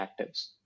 actives